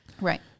Right